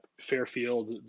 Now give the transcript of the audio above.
Fairfield